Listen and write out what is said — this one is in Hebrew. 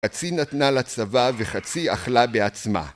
‫חצי נתנה לצבא וחצי אכלה בעצמה.